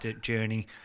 journey